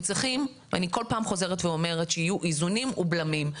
אני כל פעם חוזרת ואומרת שיהיו איזונים ובלמים,